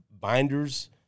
binders